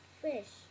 fish